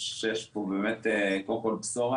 יש פה קודם כול בשורה.